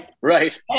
Right